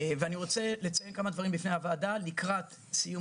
אני רוצה לציין כמה דברים בפני הוועדה לקראת סיום